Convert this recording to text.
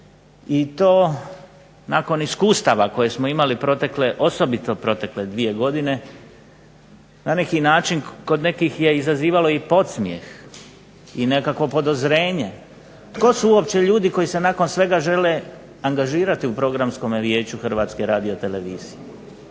i to nakon iskustava koje smo imali protekle, osobito protekle dvije godine na neki način kod nekih je izazivalo i podsmijeh i nekako podozrenje. Tko su uopće ljudi koji se nakon svega žele angažirati u Programskom vijeću Hrvatske radiotelevizije,